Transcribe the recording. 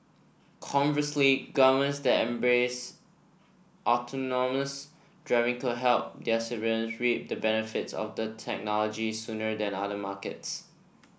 conversely governments that embrace autonomous driving could help their civilians reap the benefits of the technology sooner than other markets